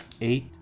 Eight